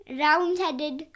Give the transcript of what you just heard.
round-headed